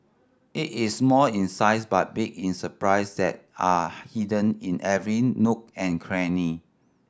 it is small in size but big in surprise that are hidden in every nook and cranny